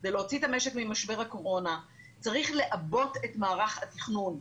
כדי להוציא את המשק ממשבר הקורונה צריך לעבות את מערך התכנון.